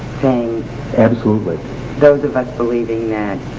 thing and so but those of us believing that